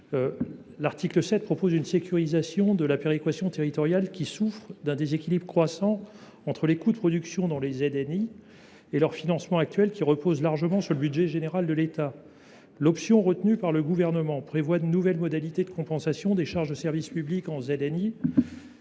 l’article 7, celui ci permet de sécuriser la péréquation territoriale, qui souffre d’un déséquilibre croissant entre les coûts de production dans les ZNI et leur financement actuel, qui repose largement sur le budget général de l’État. L’option retenue par le Gouvernement consiste à mettre en œuvre de nouvelles modalités de compensation des charges de service public en ZNI.